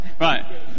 Right